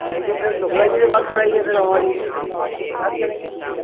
नहीं तो फिर शुक्ला जी से बात कराइए फिर हमारी हम आपकी शिकायत करेंगे उनसे